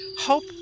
Hope